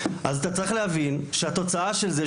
אז אתה צריך לבין שהתוצאה של זה,